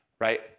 right